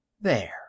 There